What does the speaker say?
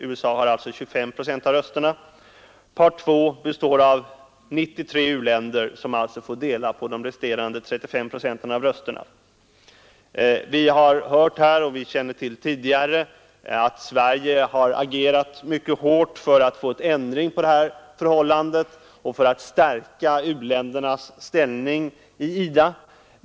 USA har alltså 25 procent av rösterna. Part II består av 93 u-länder, som alltså får dela på resterande 35 procent av rösterna. Vi har hört här och vi känner tidigare till att Sverige har agerat mycket hårt för att få till stånd en ändring av detta förhållande och för att stärka u-ländernas ställning i IDA.